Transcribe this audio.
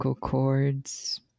chords